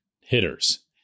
hitters